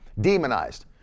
demonized